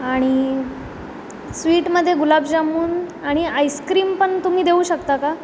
आणि स्वीटमध्ये गुलाबजामून आणि आईस्क्रीम पण तुम्ही देऊ शकता का